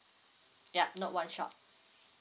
yup no one shot